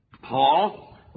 Paul